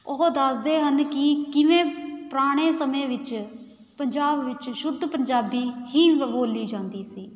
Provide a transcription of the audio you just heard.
ਉਹ ਦੱਸਦੇ ਹਨ ਕਿ ਕਿਵੇਂ ਪੁਰਾਣੇ ਸਮੇਂ ਵਿੱਚ ਪੰਜਾਬ ਵਿੱਚ ਸ਼ੁੱਧ ਪੰਜਾਬੀ ਹੀ ਬੋਲੀ ਜਾਂਦੀ ਸੀ